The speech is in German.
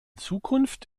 zukunft